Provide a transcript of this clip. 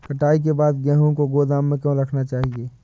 कटाई के बाद गेहूँ को गोदाम में क्यो रखना चाहिए?